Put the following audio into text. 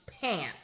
pants